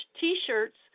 T-shirts